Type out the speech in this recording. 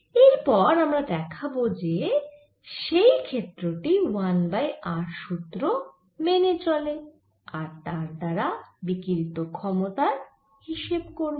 এরপর আমরা দেখাব যে সেই ক্ষেত্র টি 1 বাই r সুত্র মেনে চলে আর তার দ্বারা বিকিরিত ক্ষমতার হিসেব করব